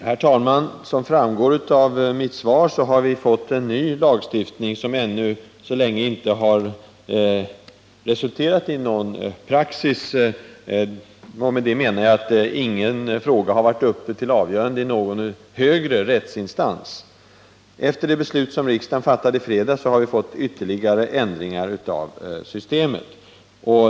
Herr talman! Som framgår av mitt svar har vi fått en ny lagstiftning som ännu inte har resulterat i någon praxis. Med det menar jag att ingen fråga varit uppe till avgörande i någon högre rättsinstans. Efter det beslut som riksdagen fattade i fredags har vi fått ytterligare ändringar av systemet.